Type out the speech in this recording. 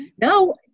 no